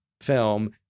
film